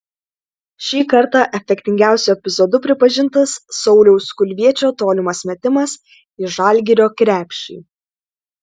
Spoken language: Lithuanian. šį kartą efektingiausiu epizodu pripažintas sauliaus kulviečio tolimas metimas į žalgirio krepšį